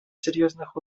серьезных